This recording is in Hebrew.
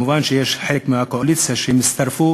מובן שיש חלק מהקואליציה שהצטרפו,